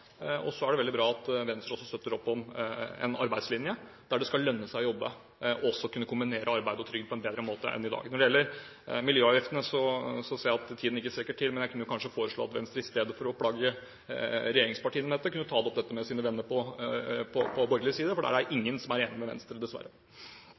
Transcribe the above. arbeid. Så jeg bare sier: Det er veldig flott at Venstre også er opptatt av dette. Vi gjennomfører nettopp forslag på dette, og det er veldig bra at Venstre også støtter opp om en arbeidslinje, der det skal lønne seg å jobbe og også kombinere arbeid og trygd på en bedre måte enn i dag. Når det gjelder miljøavgiftene, ser jeg at taletiden ikke strekker til, men jeg kunne kanskje foreslå at Venstre istedenfor å plage regjeringspartiene med dette kunne ta det opp med sine venner på borgerlig side, for